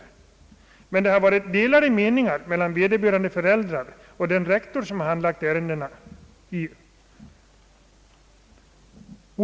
Däremot har det inträffat att det uppstått delade meningar mellan vederbörande föräldrar och den rektor som handlagt ärendet.